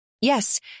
Yes